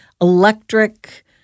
electric